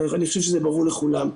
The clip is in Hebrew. אני חושב שזה ברור לכולם.